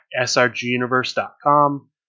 srguniverse.com